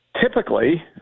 typically